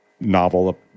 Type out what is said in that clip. novel